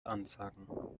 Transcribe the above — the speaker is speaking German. ansagen